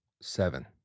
Seven